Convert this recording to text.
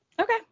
Okay